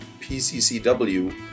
PCCW